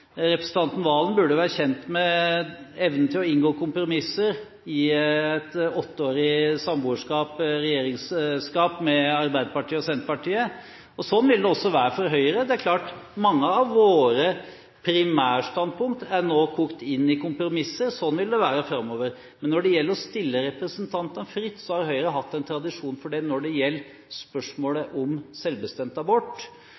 Representanten Serigstad Valen burde være kjent med evnen til å inngå kompromisser gjennom et åtteårig samboerskap i regjering med Arbeiderpartiet og Senterpartiet, og sånn vil det også være for Høyre. Mange av våre primærstandpunkter er nå kokt inn i kompromisser, og sånn vil det være framover. Når det gjelder å stille representantene fritt, har Høyre hatt en tradisjon for det når det gjelder